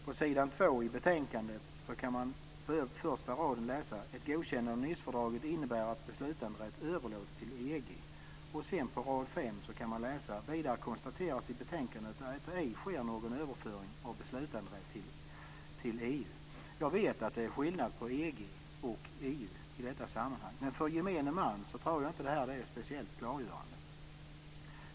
På s. 2 i betänkandet kan man på första raden läsa: "Ett godkännande av Nicefördraget innebär att beslutanderätt överlåts till EG." På femte raden kan man sedan läsa: "Vidare konstateras i betänkandet att det ej sker någon överföring av beslutanderätt till EU." Jag vet att det är skillnad på EG och EU i detta sammanhang. Men för gemene man tror jag inte att detta är speciellt klargörande.